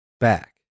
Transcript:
back